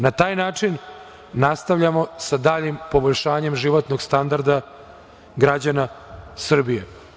Na taj način nastavljamo sa daljim poboljšanjem životnog standarda građana Srbije.